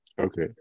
Okay